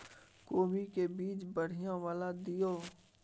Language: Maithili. कोबी के बीज बढ़ीया वाला दिय?